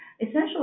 essentially